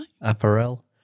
apparel